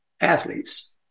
athletes